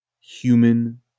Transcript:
Human